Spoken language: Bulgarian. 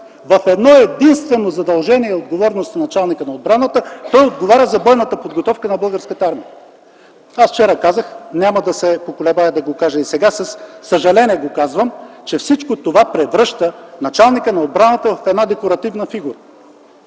В едно-единствено задължение и отговорност на началника на отбраната той отговаря за бойната подготовка на Българската армия. Аз вчера казах, няма да се поколебая да го кажа и сега, казвам го със съжаление, че всичко това превръща началника на отбраната в една декларативна фигура.